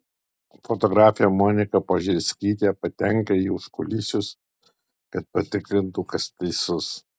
fotografė monika požerskytė patenka į užkulisius kad patikrintų kas teisus